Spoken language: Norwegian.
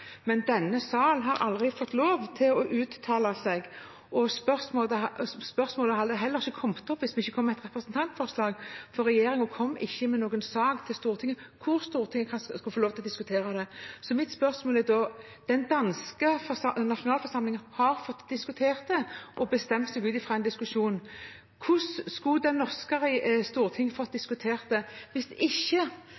Men denne sal har aldri fått lov til å uttale seg, og spørsmålet hadde heller ikke kommet opp hvis vi ikke kom med et representantforslag, for regjeringen kom ikke med noen sak til Stortinget hvor Stortinget skulle få lov til å diskutere det. Mitt spørsmål er da: Den danske nasjonalforsamlingen har fått diskutert dette og bestemt seg ut fra en diskusjon. Hvordan skulle Det norske